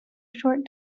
short